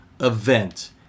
event